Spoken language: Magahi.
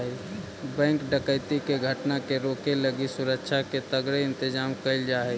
बैंक डकैती के घटना के रोके लगी सुरक्षा के तगड़े इंतजाम कैल जा हइ